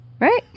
Right